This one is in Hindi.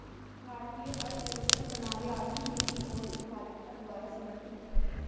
भारतीय अर्थव्यवस्था प्रणाली आर्थिक नीति और उत्पादकता द्वारा समर्थित हैं